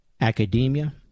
Academia